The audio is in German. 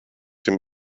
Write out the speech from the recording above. dem